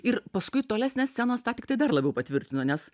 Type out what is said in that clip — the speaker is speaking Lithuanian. ir paskui tolesnės scenos tą tiktai dar labiau patvirtino nes